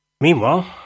Meanwhile